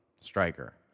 striker